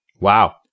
Wow